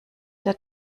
der